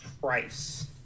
price